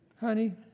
honey